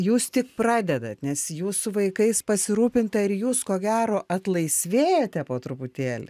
jūs tik pradedat nes jūsų vaikais pasirūpinta ir jūs ko gero atlaisvėjate po truputėlį